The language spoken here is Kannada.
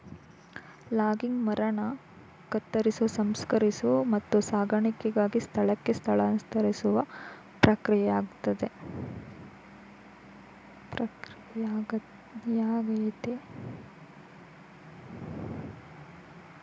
ಲಾಗಿಂಗ್ ಮರನ ಕತ್ತರಿಸೋ ಸಂಸ್ಕರಿಸುವ ಮತ್ತು ಸಾಗಣೆಗಾಗಿ ಸ್ಥಳಕ್ಕೆ ಸ್ಥಳಾಂತರಿಸುವ ಪ್ರಕ್ರಿಯೆಯಾಗಯ್ತೆ